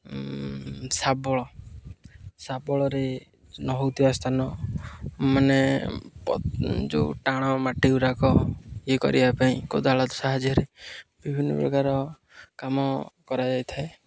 ଶାବଳ ଶାବଳରେ ନହେଉଥିବା ସ୍ଥାନ ମାନେ ଯେଉଁ ଟାଣ ମାଟିଗୁଡ଼ାକ ଇଏ କରିବା ପାଇଁ କୋଦାଳ ସାହାଯ୍ୟରେ ବିଭିନ୍ନପ୍ରକାର କାମ କରାଯାଇଥାଏ